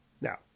Now